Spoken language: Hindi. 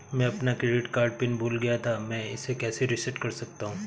मैं अपना क्रेडिट कार्ड पिन भूल गया था मैं इसे कैसे रीसेट कर सकता हूँ?